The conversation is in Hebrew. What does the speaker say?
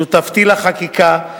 שותפתי לחקיקה,